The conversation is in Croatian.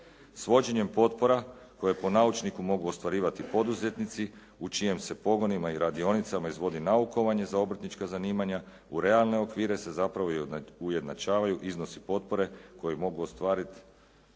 Svođenjem potpora kojeg po naučniku mogu ostvarivati poduzetnici, u čijem se pogonima i radionicama izvodi naukovanje za obrtnička zanimanja u realne okvire se zapravo ujednačavaju iznosi potpore koji mogu ostvariti ono